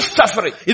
suffering